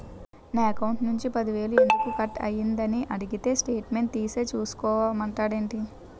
నా అకౌంట్ నుంచి పది వేలు ఎందుకు కట్ అయ్యింది అని అడిగితే స్టేట్మెంట్ తీసే చూసుకో మంతండేటి